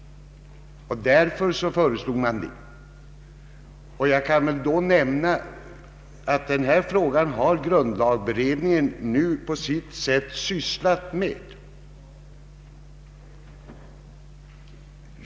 Därför föreslog författningsutredningen den förändringen. Jag kan nämna att denna fråga har grundlagberedningen nu sysslat med.